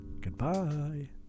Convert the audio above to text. goodbye